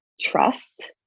trust